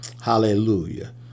Hallelujah